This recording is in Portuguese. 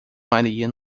maria